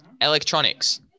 Electronics